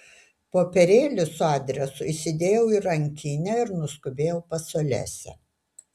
popierėlį su adresu įsidėjau į rankinę ir nuskubėjau pas olesią